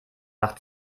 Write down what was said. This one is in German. nach